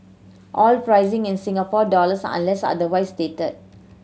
all pricing in Singapore dollars unless otherwise stated